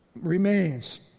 remains